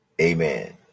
Amen